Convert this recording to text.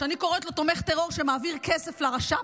שאני קוראת לו: תומך טרור שמעביר כסף לרש"פ,